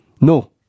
No